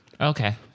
Okay